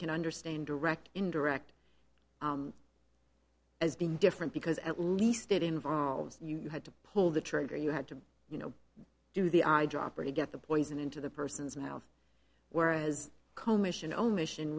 can understand direct indirect as being different because at least it involves you had to pull the trigger you had to you know do the eyedropper to get the poison into the person's mouth whereas commission